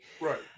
Right